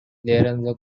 lorenzo